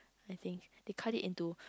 I think they cut it into